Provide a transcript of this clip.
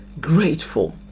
grateful